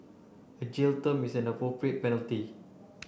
a jail term is an appropriate penalty